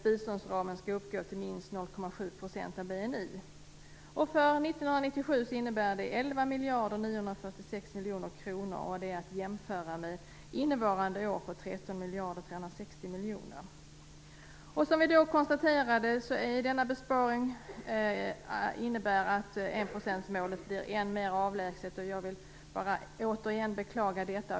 Biståndsramen skall uppgå till minst 0,7 % miljoner kronor, att jämföra med anslaget innevarande år på 13 miljarder 360 miljoner kronor. Som vi då konstaterade innebär denna besparing att enprocentsmålet blir än mer avlägset. Jag vill återigen beklaga detta.